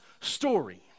story